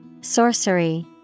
Sorcery